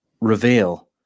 reveal